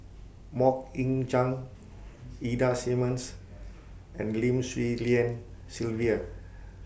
Mok Ying Jang Ida Simmons and Lim Swee Lian Sylvia